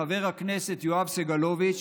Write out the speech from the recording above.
חבר הכנסת יואב סגלוביץ',